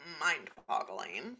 mind-boggling